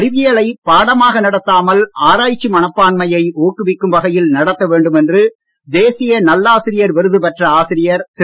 அறிவியலை பாடமாக நடத்தாமல் ஆராய்ச்சி மனப்பான்மையை ஊக்குவிக்கும் வகையில் நடத்த வேண்டும் என்று தேசிய நல்லாசிரியர் விருது பெற்ற ஆசிரியர் திரு